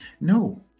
No